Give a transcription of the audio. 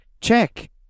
check